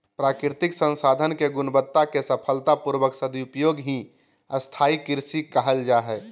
प्राकृतिक संसाधन के गुणवत्ता के सफलता पूर्वक सदुपयोग ही स्थाई कृषि कहल जा हई